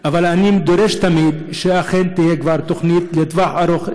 אבל אני דורש תמיד שתהיה כבר תוכנית לטווח ארוך,